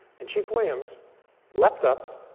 and chief williams leapt up,